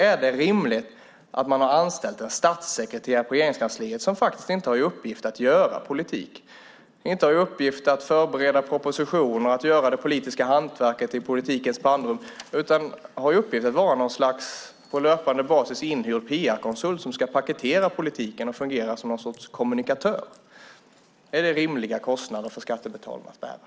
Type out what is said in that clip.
Är det rimligt, Anders Borg, att man har anställt en statssekreterare på Regeringskansliet som faktiskt inte har i uppgift att göra politik, som inte har i uppgift att förbereda propositioner och göra det politiska hantverket i politikens pannrum utan har i uppgift vara något slags inhyrd PR-konsult på löpande basis som ska paketera politiken och fungera som någon sorts kommunikatör? Är det rimliga kostnader för skattebetalarna att bära?